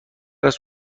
است